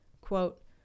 Quote